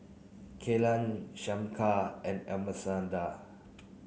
Kellan Shamika and